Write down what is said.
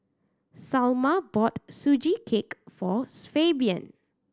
Salma bought Sugee Cake for Fabian